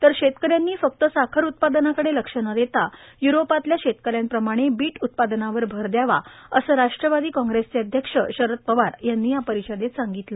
तर ौतकऱ्यांनी फक्त साखर उत्पादनाकडे तब्ब न देता युरोपातल्या ौतकऱ्यांप्रमाणे बीट उत्पादनावर भर यावा असं रा ट्रवादी क्रॅप्रेसचे अध्यक्ष रद पवार यांनी या परि दित सांगितलं